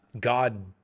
God